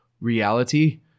reality